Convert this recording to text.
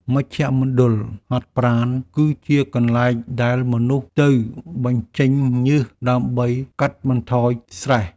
មជ្ឈមណ្ឌលហាត់ប្រាណ គឺជាកន្លែងដែលមនុស្សទៅបញ្ចេញញើសដើម្បីកាត់បន្ថយស្ត្រេស។